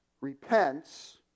repents